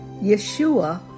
Yeshua